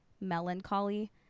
melancholy